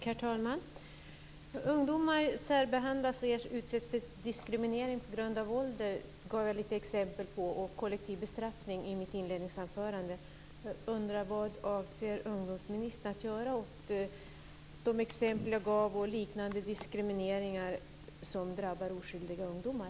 Herr talman! Ungdomar särbehandlas och utsätts för diskriminering på grund av ålder och kollektiv bestraffning, vilket jag gav exempel på i mitt inledningsanförande. Jag undrar: Vad avser ungdomsministern att göra åt den diskriminering som jag gav exempel på och som drabbar oskyldiga ungdomar?